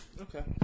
Okay